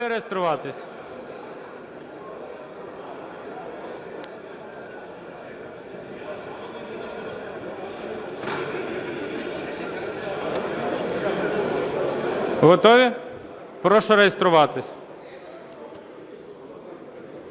готові реєструватись? Готові? Прошу реєструватись.